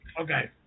Okay